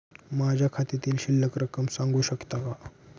माझ्या खात्यातील शिल्लक रक्कम सांगू शकता का?